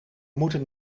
moeten